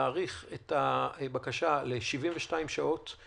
להאריך את הבקשה ל-72 שעות,